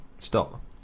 Stop